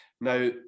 Now